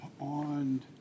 on